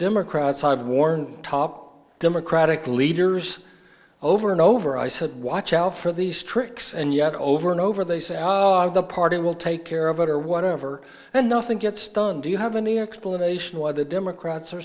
democrat side warned top democratic leaders over and over i said watch out for these tricks and yet over and over they say the party will take care of it or whatever and nothing gets done do you have any explanation why the democrats are